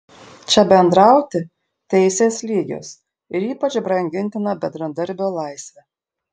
čia bendrauti teisės lygios ir ypač brangintina bendradarbio laisvė